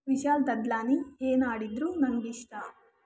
ವಿಶಾಲ್ ದದ್ಲಾನಿ ಏನು ಹಾಡಿದರೂ ನನಗಿಷ್ಟ